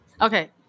Okay